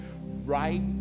right